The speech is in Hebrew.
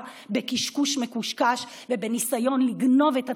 בקשקוש מקושקש ובניסיון לגנוב את הציבור,